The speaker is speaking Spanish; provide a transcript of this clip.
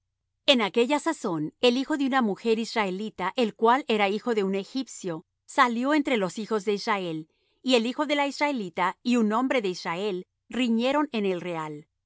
en aquella sazón el hijo de una mujer israelita el cual era hijo de un egipcio salió entre los hijos de israel y el hijo de la israelita y un hombre de israel riñeron en el real